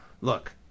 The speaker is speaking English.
look